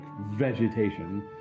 vegetation